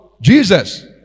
Jesus